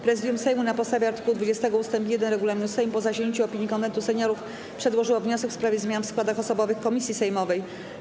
Prezydium Sejmu, na podstawie art. 20 ust. 1 regulaminu Sejmu, po zasięgnięciu opinii Konwentu Seniorów, przedłożyło wniosek w sprawie zmian w składach osobowych komisji sejmowych.